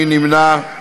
מי נמנע?